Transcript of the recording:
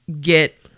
get